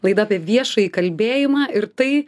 laida apie viešąjį kalbėjimą ir tai